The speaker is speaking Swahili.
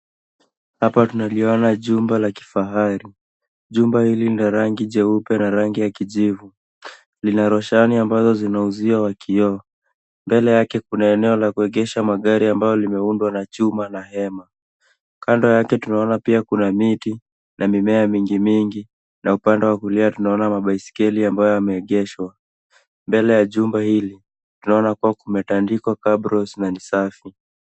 Hapa tunaliona jumba la kifahari, jumba hili lina rangi jeupe na rangi ya kijivu, lina roshani ambazo zina uzia wa kioo. Mbele yake kuna eneo la kuegesha magari, ambayo limeundwa na chuma na hema. Kando yake tunaona kuna neti na mimea mingi mingi, na upande wa kulia tunaona mabaiskeli ambayo yameegeshwa. Mbele ya jumba hili, tunaona kuwa kumetandikwa cabros na ni safi.